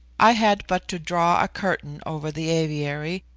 i had but to draw a curtain over the aviary,